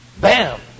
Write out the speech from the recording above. Bam